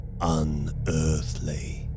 unearthly